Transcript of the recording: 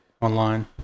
Online